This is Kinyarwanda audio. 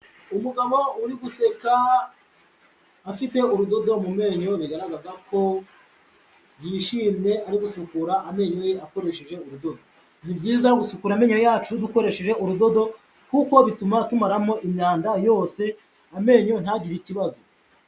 Umugabo uri guseka afite urudodo mu menyo bigaragaza ko yishimye ari gusukura amenyo ye akoresheje ubudodo, ni byiza gusukura amenyo yacu dukoresheje urudodo kuko bituma tumaramo imyanda yose amenyo ntagire ikibazo.